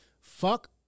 fuck